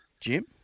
Jim